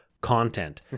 content